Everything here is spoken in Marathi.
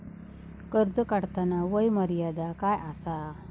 कर्ज काढताना वय मर्यादा काय आसा?